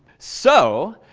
so,